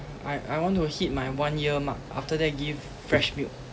I I want to hit my one year mark after that give fresh milk